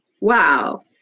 Wow